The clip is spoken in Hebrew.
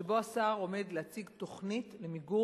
שבו השר עומד להציג תוכנית למיגור